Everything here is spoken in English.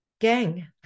gang